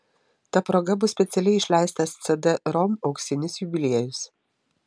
ta proga bus specialiai išleistas cd rom auksinis jubiliejus